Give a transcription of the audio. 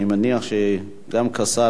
אני מניח שגם כשר,